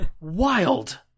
Wild